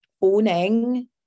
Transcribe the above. owning